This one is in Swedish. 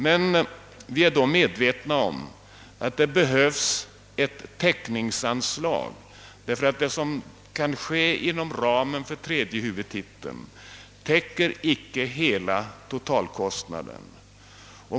Men vi är också medvetna om att det behövs ett täckningsanslag, därför att det som kan ske inom ramen för tredje huvudtiteln täcker icke hela totalkostnaden.